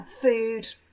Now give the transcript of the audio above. food